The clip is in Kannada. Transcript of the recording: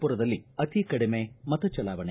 ಪುರದಲ್ಲಿ ಅತಿ ಕಡಿಮೆ ಮತ ಚಲಾವಣೆ